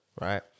right